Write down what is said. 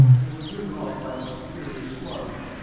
they were driven off by a superior squadron.